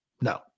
No